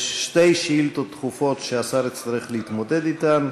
יש שתי שאילתות דחופות שהשר יצטרך להתמודד אתן.